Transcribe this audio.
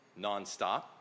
nonstop